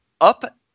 Up